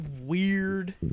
Weird